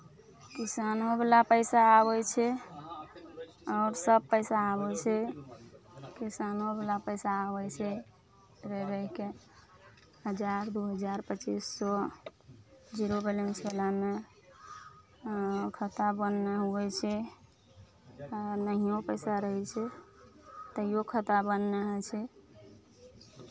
किसानोवला पैसा आबै छै आओरसभ पैसा आबै छै किसानोवला पैसा आबै छै रहि रहि कऽ हजार दू हजार पचीस सए जीरो बैलेंसवलामे खाता बन्द नहि हुअइ छै नहिओ पैसा रहै छै तैओ खाता बन्द नहि होइ छै